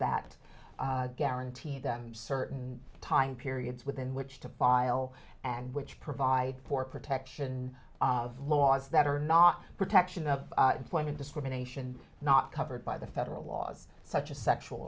that guarantee them certain time periods within which to pile and which provide for protection laws that are not protection of employment discrimination not covered by the federal laws such as sexual